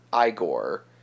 Igor